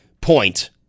point